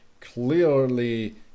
clearly